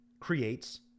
creates